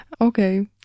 okay